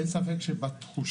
אין ספק שבתחושה,